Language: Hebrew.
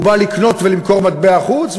הוא בא לקנות ולמכור מטבע חוץ,